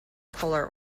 polar